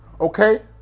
Okay